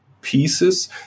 pieces